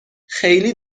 خیلی